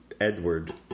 Edward